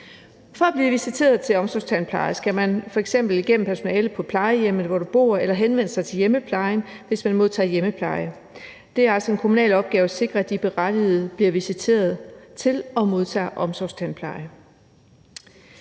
For at blive visiteret til omsorgstandpleje skal man f.eks. igennem personalet på plejehjemmet, eller hvor man bor, eller henvende sig til hjemmeplejen, hvis man modtager hjemmepleje. Det er altså en kommunal opgave at sikre, at de berettigede bliver visiteret til at modtage omsorgstandpleje.